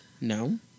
No